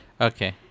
Okay